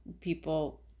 people